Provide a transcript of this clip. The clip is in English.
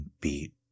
beat